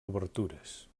obertures